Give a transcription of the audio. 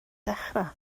dechrau